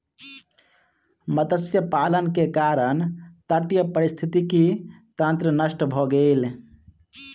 मत्स्य पालन के कारण तटीय पारिस्थितिकी तंत्र नष्ट भ गेल